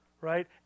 right